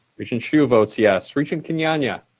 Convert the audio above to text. regent hsu votes yes. regent kenyanya?